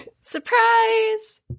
Surprise